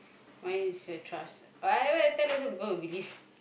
mine is your trust I will tell some people will believe